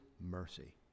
mercy